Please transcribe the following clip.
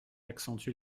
accentue